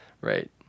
Right